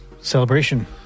Celebration